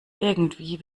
irgendwie